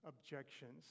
objections